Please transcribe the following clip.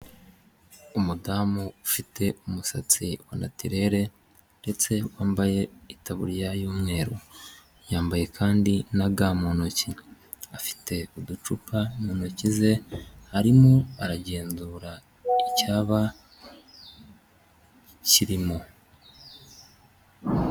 Umudamu ufite umusatsi wa natirere ndetse wambaye itaburiya y'umweru, yambaye kandi na ga mu ntoki, afite uducupa mu ntoki ze arimo aragenzura icyaba kirimo.